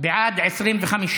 לענייני כספים נתקבלה.